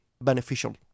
beneficial